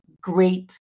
great